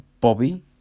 Bobby